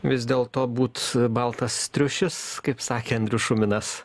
vis dėlto būt baltas triušis kaip sakė andrius šuminas